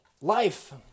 Life